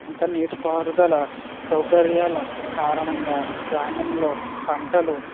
ఇంకా నీటి పారుదల సౌకర్యాల కారణంగా గ్రామంలో పంటలు